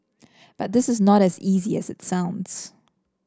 but this is not as easy as it sounds